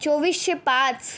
चोवीसशे पाच